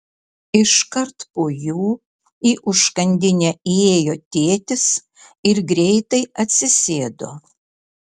iškart po jų į užkandinę įėjo tėtis ir greitai atsisėdo